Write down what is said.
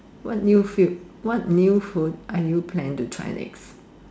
what new food what new food are you planning to try next